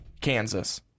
Kansas